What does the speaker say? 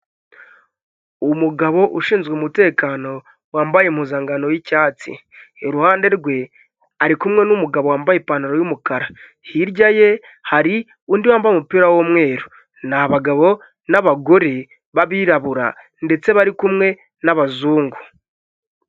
Umugabo ushinzwe umutekano, wambaye impuzankano y'icyatsi, iruhande rwe ari kumwe n'umugabo wambaye ipantaro y'umukara, hirya ye hari undi wambaye umupira w'umweru, ni abagabo n'abagore b'abirabura ndetse bari kumwe n'abazungu.